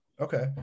Okay